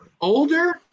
Older